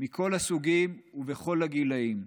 מכל הסוגים ובכל הגילים.